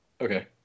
Okay